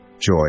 joy